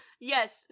Yes